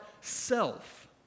self